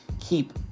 keep